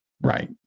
Right